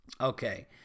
Okay